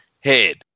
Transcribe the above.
head